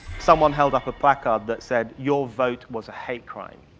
someone held up a placard that said, your vote was a hate crime,